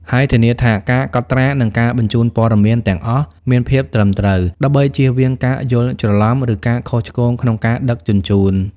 ហើយធានាថាការកត់ត្រា និងការបញ្ជូនព័ត៌មានទាំងអស់មានភាពត្រឹមត្រូវ ដើម្បីជៀសវាងការយល់ច្រឡំ ឬការខុសឆ្គងក្នុងការដឹកជញ្ជូន។